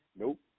Nope